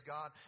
God